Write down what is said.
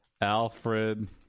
Alfred